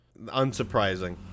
Unsurprising